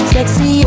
Sexy